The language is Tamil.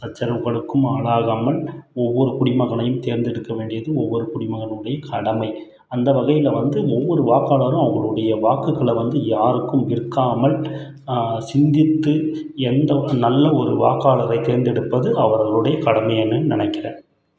சச்சரவுகளுக்கும் ஆளாகாமல் ஒவ்வொரு குடிமகனையும் தேர்ந்தெடுக்க வேண்டியது ஒவ்வொரு குடிமகனுடைய கடமை அந்த வகையில் வந்து ஒவ்வொரு வாக்காளரும் அவருடைய வாக்குகளை வந்து யாருக்கும் விற்காமல் சிந்தித்து எந்த ஒரு நல்ல ஒரு வாக்காளரை தேர்ந்தெடுப்பது அவருடைய கடமை என நெனைக்கிறேன்